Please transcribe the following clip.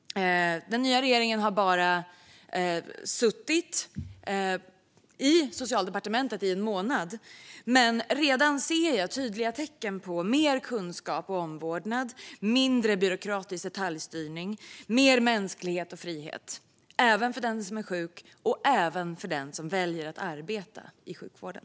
Den nya regeringen har bara suttit i Socialdepartementet i en månad, men redan ser jag tydliga tecken på mer kunskap och omvårdnad, mindre byråkratisk detaljstyrning och mer mänsklighet och frihet - även för den som är sjuk och även för den som väljer att arbeta i sjukvården.